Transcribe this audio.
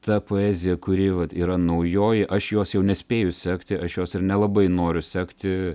ta poezija kuri vat yra naujoji aš jos jau nespėju sekti aš jos ir nelabai noriu sekti